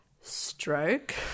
stroke